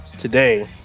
today